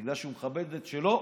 בגלל שהוא מכבד את שלו,